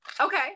Okay